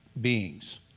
beings